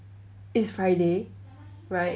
it's friday right